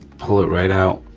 pull it right out,